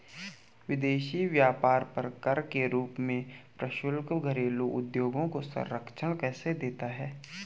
विदेशी व्यापार पर कर के रूप में प्रशुल्क घरेलू उद्योगों को संरक्षण कैसे देता है?